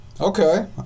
Okay